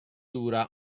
dura